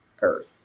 earth